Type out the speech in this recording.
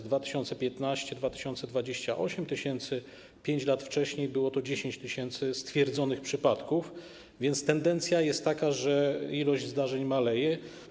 W latach 2015-2028 - 8 tys., 5 lat wcześniej było to 10 tys. stwierdzonych przypadków, więc tendencja jest taka, że ilość zdarzeń maleje.